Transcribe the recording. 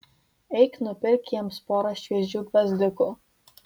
eik nupirk jiems porą šviežių gvazdikų